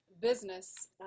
business